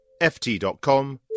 ft.com